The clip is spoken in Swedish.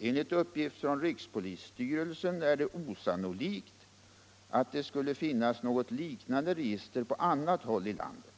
Enligt uppgift från rikspolisstyrelsen är det osannolikt att det skulle finnas något liknande register på annat håll i landet.